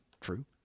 true